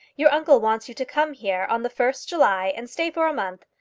your uncle wants you to come here on the first july and stay for a month.